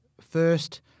First